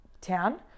town